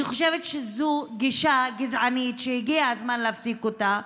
אני חושבת שזו גישה גזענית שהגיע הזמן להפסיק אותה.